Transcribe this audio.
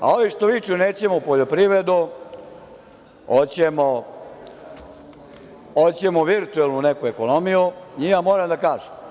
A ovima što viču – nećemo poljoprivredu, hoćemo virtuelnu neku ekonomiju, njima moram da kažem sledeće.